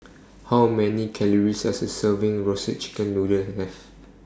How Many Calories Does A Serving of Roasted Chicken Noodle Have